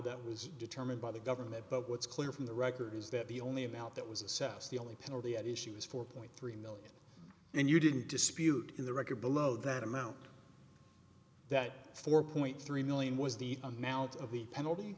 that was determined by the government but what's clear from the record is that the only about that was assessed the only penalty at issue was four point three million and you didn't dispute in the record below that amount that four point three million was the amount of the penalty